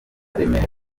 remera